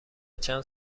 چند